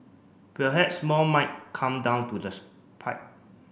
perhaps more might come down to the pike